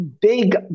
big